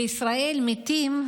בישראל מתים,